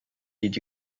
did